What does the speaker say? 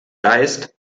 geist